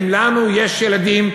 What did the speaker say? אם לנו יש ילדים,